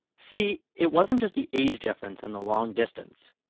see, it wasn't just the age difference and the long distance.